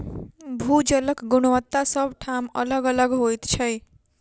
भू जलक गुणवत्ता सभ ठाम अलग अलग होइत छै